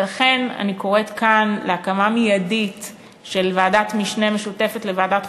ולכן אני קוראת כאן להקמה מיידית של ועדת משנה משותפת לוועדת החוקה,